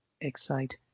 excite